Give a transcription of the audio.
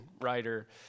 writer